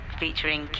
featuring